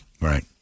Right